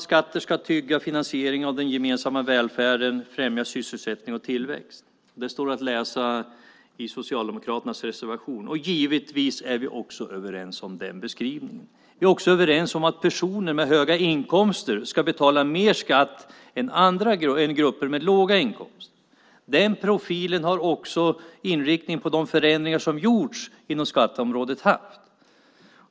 Skatter ska trygga finansieringen av den gemensamma välfärden och främja sysselsättning och tillväxt. Det kan man läsa i Socialdemokraternas reservation. Givetvis är vi överens även om den beskrivningen. Vi är också överens om att personer med höga inkomster ska betala mer i skatt än grupper med låga inkomster. Inriktningen på de förändringar som gjorts inom skatteområdet har också haft den profilen.